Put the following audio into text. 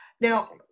Now